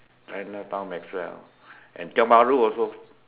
Chinatown Maxwell and Tiong-Bahru also